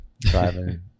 driving